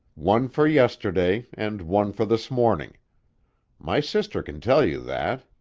one for yesterday and one for this morning my sister can tell you that.